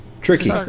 tricky